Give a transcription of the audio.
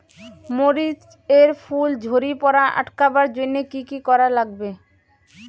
মরিচ এর ফুল ঝড়ি পড়া আটকাবার জইন্যে কি কি করা লাগবে?